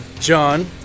John